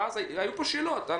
היו פה שאלות,